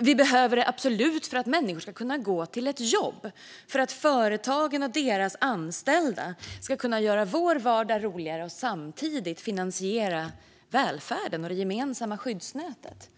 Vi behöver det absolut för att människor ska kunna gå till ett jobb - för att företagen och deras anställda ska kunna göra vår vardag roligare och samtidigt finansiera välfärden och det gemensamma skyddsnätet.